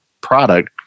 product